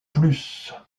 plus